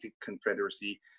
Confederacy